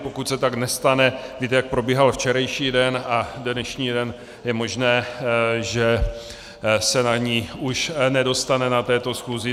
Pokud se tak nestane, víte, jak probíhal včerejší den a dnešní den, je možné, že se na ni už nedostane na této schůzi.